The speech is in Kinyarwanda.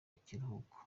ikiruhuko